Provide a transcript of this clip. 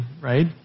right